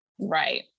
right